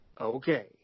Okay